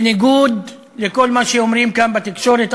בניגוד לכל מה שאומרים כאן בתקשורת,